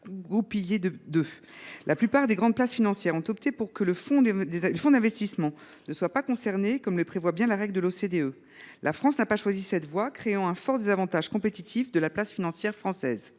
La plupart des grandes places financières ont opté pour que les fonds d’investissement ne soient pas concernés, comme le prévoit bien la règle de l’ODCE. La France n’a pas choisi cette voie, créant un fort désavantage compétitif pour la place financière française.